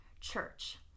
church